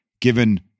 given